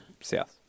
South